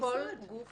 בכל משרד גוף.